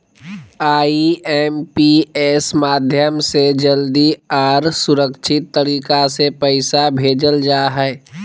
IMPS माध्यम से जल्दी आर सुरक्षित तरीका से पैसा भेजल जा हय